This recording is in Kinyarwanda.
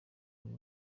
buri